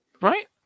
Right